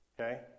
Okay